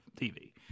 TV